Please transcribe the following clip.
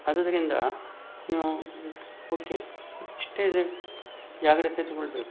ಆದ್ದರಿಂದ ನೀವು ಓಕೆ ಇಷ್ಟೇ ಜಾಗ್ರತೆ ತಗೊಳ್ಬೇಕು